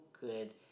good